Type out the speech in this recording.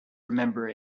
remember